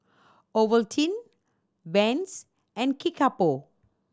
Ovaltine Vans and Kickapoo